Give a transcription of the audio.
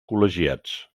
col·legiats